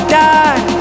die